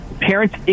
parents